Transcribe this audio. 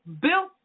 built